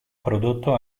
prodotto